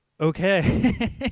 okay